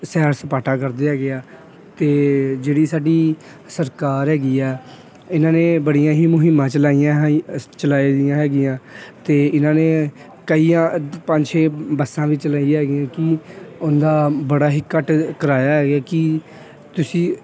ਸੈਰ ਸਪਾਟਾ ਕਰਦੇ ਹੈਗੇ ਆ ਅਤੇ ਜਿਹੜੀ ਸਾਡੀ ਸਰਕਾਰ ਹੈਗੀ ਆ ਇਹਨਾਂ ਨੇ ਬੜੀਆਂ ਹੀ ਮੁਹਿੰਮਾਂ ਚਲਾਈਆਂ ਹੀ ਚਲਾਏ ਦੀਆਂ ਹੈਗੀਆਂ ਅਤੇ ਇਹਨਾਂ ਨੇ ਕਈਆਂ ਪੰਜ ਛੇ ਬੱਸਾਂ ਵਿੱਚ ਲਈ ਹੈਗੀ ਕਿ ਉਹਦਾ ਬੜਾ ਹੀ ਘੱਟ ਕਿਰਾਇਆ ਹੈਗਾ ਕਿ ਤੁਸੀਂ